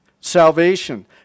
Salvation